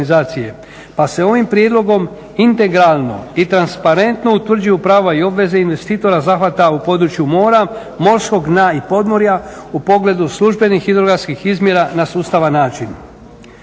Pa se ovim prijedlogom integralno i transparentno utvrđuju prava i obaveze investitora zahvata u području mora, morskog dna i podmorja u pogledu službenih hidrografskih izmjera na sustavan način.